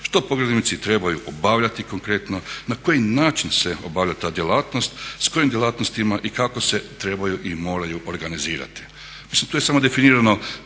što pogrebnici trebaju obavljati konkretno, na koji način se obavlja ta djelatnost, s kojim djelatnostima i kako se trebaju i moraju organizirati.